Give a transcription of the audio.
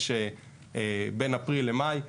בין אפריל למאי,